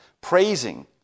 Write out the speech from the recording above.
praising